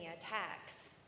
attacks